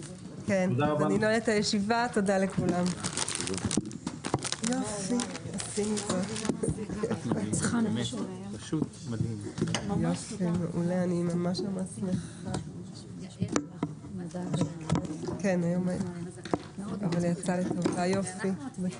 ננעלה בשעה 15:15.